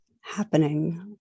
happening